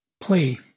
Play